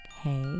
hey